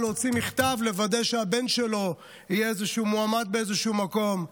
להוציא מכתב לוודא שהבן שלו יהיה מועמד באיזה מקום.